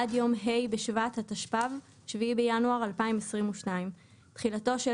עד יום ה' בשבט התשפ"ב (7 בינואר 2022). תחילה 2. תחילתו של